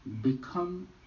become